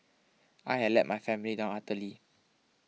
I had let my family down utterly